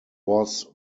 was